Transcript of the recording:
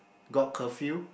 got curfew